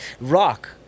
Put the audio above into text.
rock